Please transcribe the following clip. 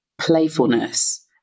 playfulness